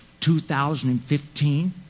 2015